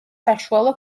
საშუალო